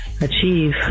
achieve